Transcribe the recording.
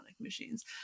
Machines